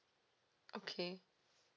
okay